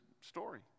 story